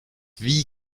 wie